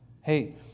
Hey